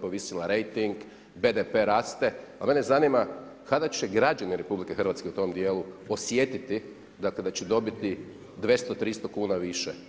povisila rejting, BDP raste, pa mene zanima, kada će građani RH u tom dijelu osjetiti da će dobiti 200, 300 kuna više.